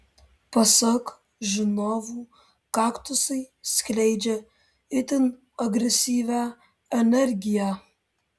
pasak žinovų kaktusai skleidžia itin agresyvią energiją